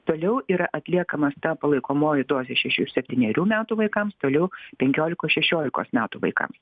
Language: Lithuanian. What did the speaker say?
toliau yra atliekamas ta palaikomoji dozė šešių septynerių metų vaikams toliau penkiolikos šešiolikos metų vaikams